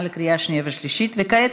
22 חברי כנסת בעד,